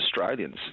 Australians